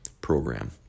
program